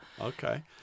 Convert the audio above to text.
Okay